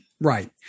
right